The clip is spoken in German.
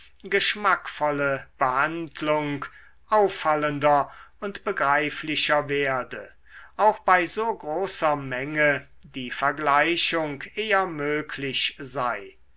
geschmackvolle behandlung auffallender und begreiflicher werde auch bei so großer menge die vergleichung eher möglich sei